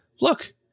Look